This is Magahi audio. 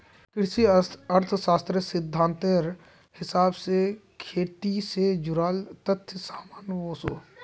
कृषि अर्थ्शाश्त्रेर सिद्धांतेर हिसाब से खेटी से जुडाल तथ्य सामने वोसो